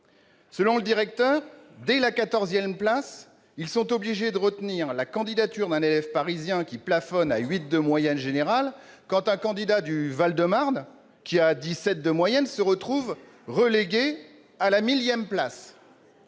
Selon le directeur, dès la quatorzième place, l'université est obligée de retenir la candidature d'un élève parisien qui plafonne à 8 de moyenne générale, quand un candidat du Val-de-Marne qui a 17 de moyenne se retrouve relégué à la millième place.